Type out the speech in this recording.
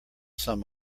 sum